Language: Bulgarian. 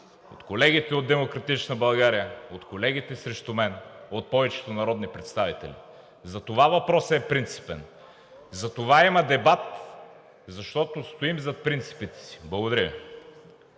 от колегите от „Демократична България“, от колегите срещу мен, от повечето народни представители. Затова въпросът е принципен, затова има дебат, защото стоим зад принципите си. Благодаря Ви.